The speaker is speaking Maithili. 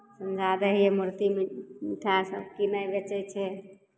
सँझा दै हियै मूर्ति भी मिठाइ सभ कीनै बेचै छै